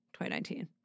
2019